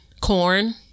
Corn